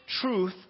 truth